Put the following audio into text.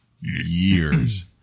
years